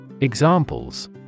Examples